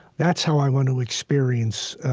that's how i want to experience